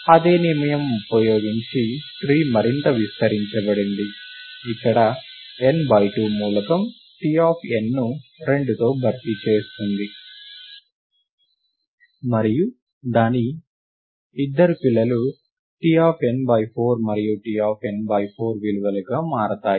అదే నియమం ఉపయోగించి ట్రీ మరింత విస్తరించబడింది ఇక్కడ n బై 2 మూలకం T ఆఫ్ n ను 2తో భర్తీ చేస్తుంది మరియు దాని ఇద్దరు పిల్లలు T ఆఫ్ n బై 4 మరియు T ఆఫ్ n బై 4 విలువలుగా మారతాయి